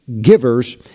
givers